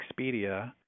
Expedia